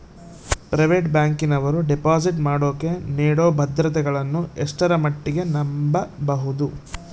Private ಬ್ಯಾಂಕಿನವರು deposit ಮಾಡೋಕೆ ನೇಡೋ ಭದ್ರತೆಗಳನ್ನು ಎಷ್ಟರ ಮಟ್ಟಿಗೆ ನಂಬಬಹುದು?